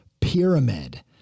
pyramid